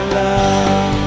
love